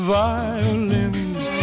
violins